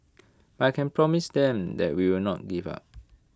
but I can promise them that we will not give up